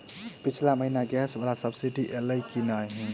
पिछला महीना गैस वला सब्सिडी ऐलई की नहि?